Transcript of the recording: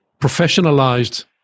professionalized